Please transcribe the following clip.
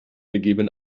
gegeben